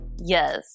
Yes